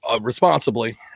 responsibly